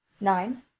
nine